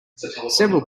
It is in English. several